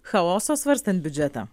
chaoso svarstant biudžetą